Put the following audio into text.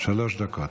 שלוש דקות.